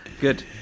Good